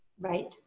Right